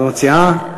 מה את מציעה?